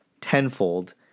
tenfold